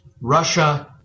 Russia